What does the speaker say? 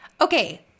Okay